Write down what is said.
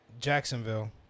Jacksonville